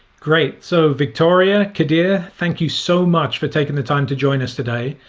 great. so victoria, kadir, thank you so much for taking the time to join us today.